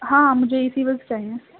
ہاں مجھے اسی وقت چاہئیں